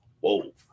whoa